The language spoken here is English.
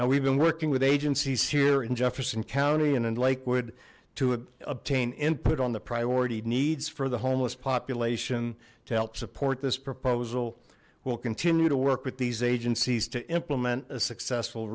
now we've been working with agencies here in jefferson county and in lakewood to obtain input on the priority needs for the homeless population to help support this proposal we'll continue to work with these agencies to implement a successful